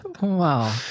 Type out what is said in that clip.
Wow